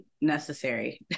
necessary